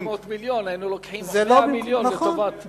או שמתוך 400 המיליון היינו לוקחים 4 מיליונים לטובת נכון.